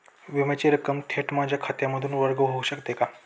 विम्याची रक्कम थेट माझ्या खात्यातून वर्ग होऊ शकते का?